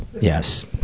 yes